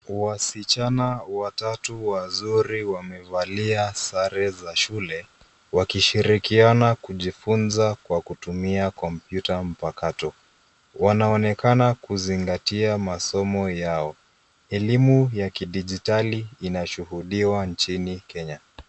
Wasichana watatu wazuri wamevalia sare za shule wakishirikiana kujifunza kwa kutumia kompyuta mpakato. Wanaonekana kuzingatia masomo yao elimu ya kidigitali inashuhudiwa nchini Kenya.